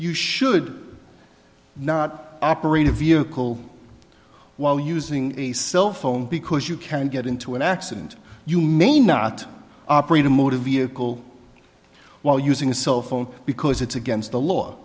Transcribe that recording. you should not operate a vehicle while using a cell phone because you can get into an accident you may not operate a motor vehicle while using a cell phone because it's against the law